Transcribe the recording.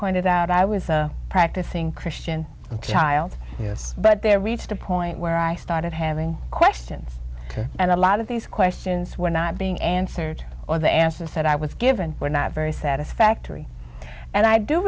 pointed out i was a practicing christian child yes but they have reached a point where i started having question and a lot of these questions were not being answered or the answer that i was given were not very satisfactory and i do